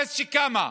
מאז שקמה,